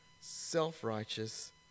self-righteous